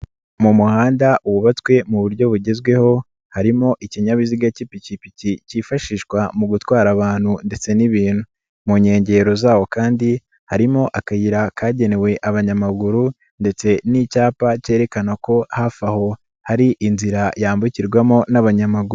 Mu muhanda wubatswe mu buryo bugezweho harimo ikinyabiziga k'ipikipiki k'fashishwa mu gutwara abantu ndetse n'ibintu, mu nkengero zawo kandi harimo akayira kagenewe abanyamaguru ndetse n'icyapa kerekana ko hafi aho hari inzira yambukirwamo n'abanyamaguru.